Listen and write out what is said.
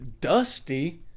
dusty